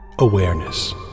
Awareness